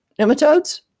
nematodes